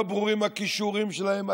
לא ברורים הכישורים שלהם,